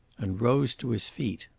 and rose to his feet.